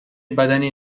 بدنی